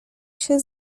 się